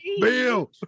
Bill